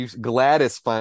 Gladys